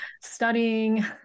studying